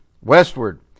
westward